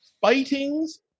Fighting's